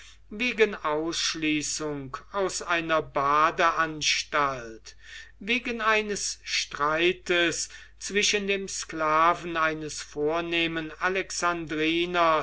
wegen ausschließung aus einer badeanstalt wegen eines streites zwischen dem sklaven eines vornehmen